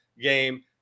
game